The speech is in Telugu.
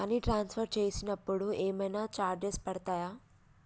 మనీ ట్రాన్స్ఫర్ చేసినప్పుడు ఏమైనా చార్జెస్ పడతయా?